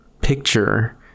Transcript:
picture